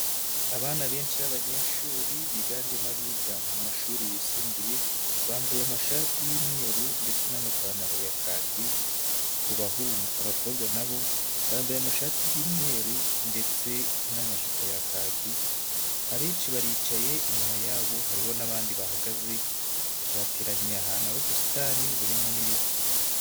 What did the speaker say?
Abana benshi b'abanyeshuri biganjemo abiga mu mashuri yisumbuye bambaye amashati y'imyeruru ndetse n'amapantaro ya kaki ku bahungu, abakobwa na bo bambaye amashati y'imweru ndetse n'amajipo ya kaki, abenshi baricaye inyuma yabo hariho n'abandi bahagaze bateraniye ahantu hari ubusitani burimo n'ibiti.